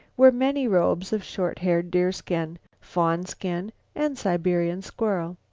were many robes of short-haired deerskin, fawn-skin and siberian squirrel.